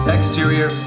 Exterior